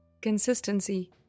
Consistency